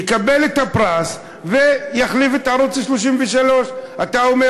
יקבל את הפרס ויחליף את ערוץ 33. אתה אומר